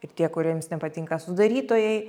ir tie kuriems nepatinka sudarytojai